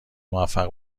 موفق